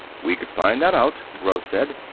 we could find that out, gross said.